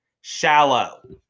Shallow